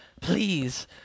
please